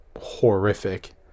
horrific